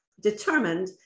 Determined